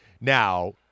Now